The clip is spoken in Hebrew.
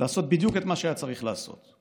לעשות בדיוק את מה שהיה צריך לעשות: